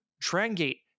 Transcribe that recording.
Trangate